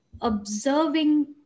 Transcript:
observing